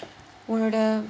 உன்னோட:unnoda